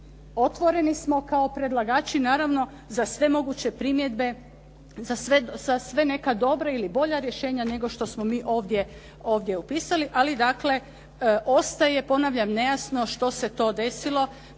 Otvoreni smo kao predlagači naravno za sve moguće primjedbe, za sve neka dobra ili bolja rješenja nego što smo mi ovdje upisali. Ali dakle, ostaje ponavljam nejasno što se to desilo